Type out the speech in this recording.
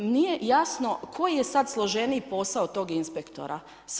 Nije jasno koji je sad složeniji posao tog inspektora.